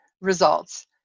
results